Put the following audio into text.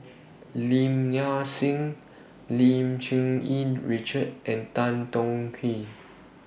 Lim Nang Seng Lim Cherng Yih Richard and Tan Tong Hye